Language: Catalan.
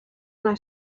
una